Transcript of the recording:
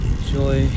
enjoy